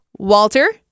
Walter